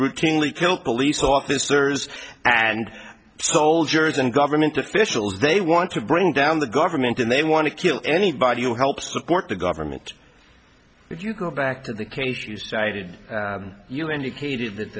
routinely kill police officers and soldiers and government officials they want to bring down the government and they want to kill anybody you help support the government if you go back to the cage you stated you indicated